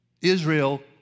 Israel